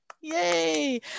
Yay